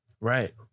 Right